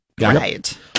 Right